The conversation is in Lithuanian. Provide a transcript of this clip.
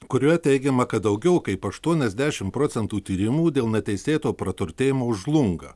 kurioje teigiama kad daugiau kaip aštuoniasdešim procentų tyrimų dėl neteisėto praturtėjimo žlunga